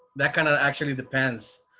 that kind of actually depends,